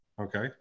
okay